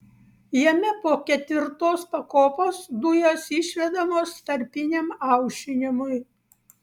jame po ketvirtos pakopos dujos išvedamos tarpiniam aušinimui